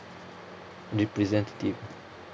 be representative